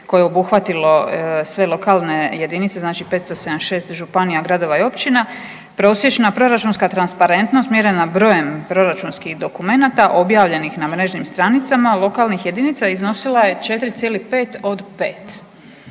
koje je obuhvatilo sve lokalne jedinice znači 576 županija, gradova i općina, prosječna proračunska transparentnost mjerena brojem proračunskih dokumenata objavljenih na mrežnim stranicama lokalnih jedinica iznosila je 4,5 od 5.